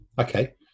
Okay